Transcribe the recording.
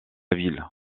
ville